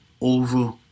over